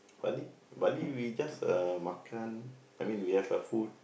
Bali Bali we just makan I mean we have the food